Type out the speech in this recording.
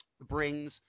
brings